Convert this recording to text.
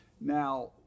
Now